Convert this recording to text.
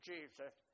Jesus